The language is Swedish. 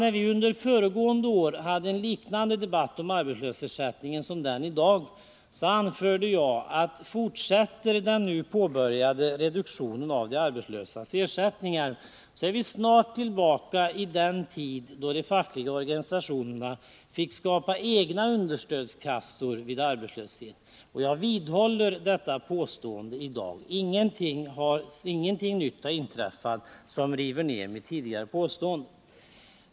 När vi under föregående år hade en liknande debatt om arbetslöshetsersättningen som den i dag, anförde jag att om den nu påbörjade reduktionen av de arbetslösas ersättningar fortsätter, är vi snart tillbaka i den tid då de fackliga organisationerna fick skapa egna understödskassor vid arbetslöshet. Jag vidhåller mitt tidigare påstående i dag - ingenting nytt har inträffat som motsäger det.